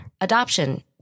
adoption